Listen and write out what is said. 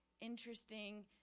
interesting